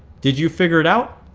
did you figure it out?